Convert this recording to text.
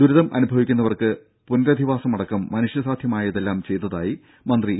ദുരിതം അനുഭവിക്കുന്നവർക്ക് പുനരധിവാസമടക്കം മനുഷ്യസാധ്യമായതെല്ലാം ചെയ്തതായി മന്ത്രി ഇ